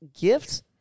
gifts